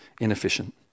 inefficient